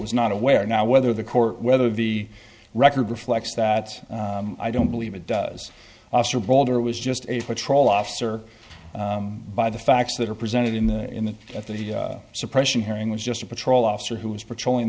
was not aware now whether the court whether the record reflects that i don't believe it does us or boulder was just a patrol officer by the facts that are presented in the in the at the suppression hearing was just a patrol officer who was patrolling